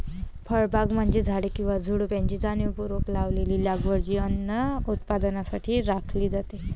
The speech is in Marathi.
फळबागा म्हणजे झाडे किंवा झुडुपे यांची जाणीवपूर्वक लावलेली लागवड जी अन्न उत्पादनासाठी राखली जाते